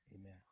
amen